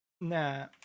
nah